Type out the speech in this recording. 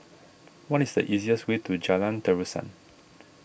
what is the easiest way to Jalan Terusan